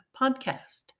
podcast